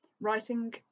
writing